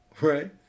Right